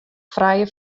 frije